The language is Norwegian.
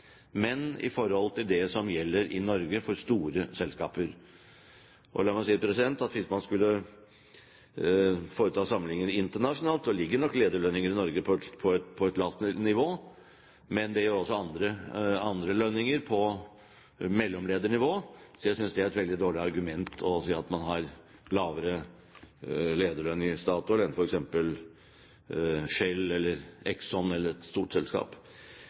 men i forhold til det som gjelder i Norge for store selskaper. Og la meg si at hvis man skulle foreta sammenligninger internasjonalt, ligger nok lederlønningene i Norge på et lavt nivå – men det gjør også lønninger på mellomledernivå. Så jeg synes det er et veldig dårlig argument å si at man har lavere lederlønn i Statoil enn i f.eks. Shell, Exxon eller et annet stort selskap.